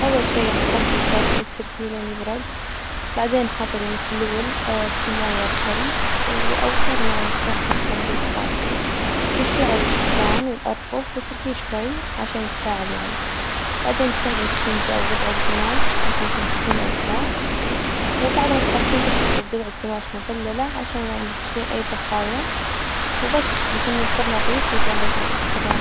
أول شي يعني نطفي الفرن وإتركيه لين يبرد، بعدين حضري محلول في موية وخل و- أو إستخدمي يعني مسحوج حج تنظيف خاص، رشيه على الجدران والأرفف، وإتركيه شوي عشان يتفاعل يعني، بعدين إستخدمي إسفنجة أو جطعة جماش عشان تمسحين الأوساخ، وبعد ما تخلصين إشطفي بجطعة جماش مبللة عشان يعني تشيلين أي بقايا، وبس بيكون الفرن نظيف وجاهز للإستخدام.